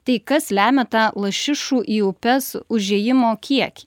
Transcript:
tai kas lemia tą lašišų į upes užėjimo kiek